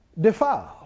defiled